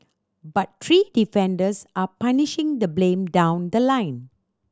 but three defendants are punishing the blame down the line